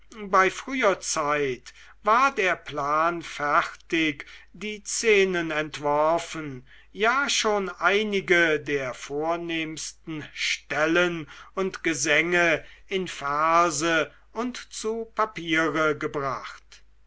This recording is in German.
bei früher zeit war der plan fertig die szenen entworfen ja schon einige der vornehmsten stellen und gesänge in verse und zu papiere gebracht